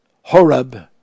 Horeb